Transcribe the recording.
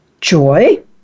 joy